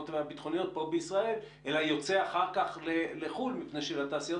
והבינוניות פה בישראל אלא יוצא אחר כך לחו"ל מפני שלתעשיות